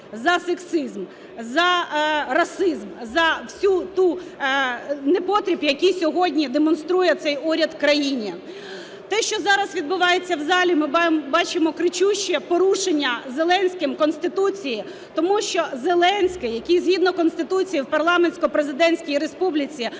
за сексизм, за расизм, за весь той непотріб, який сьогодні демонструє цей уряд країні. Те, що зараз відбувається в залі, ми бачимо кричуще порушення Зеленським Конституції. Тому що Зеленський, який згідно Конституції в парламентсько-президентський республіці